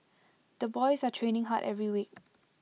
the boys are training hard every week